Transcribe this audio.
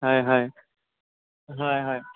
হয় হয় হয় হয়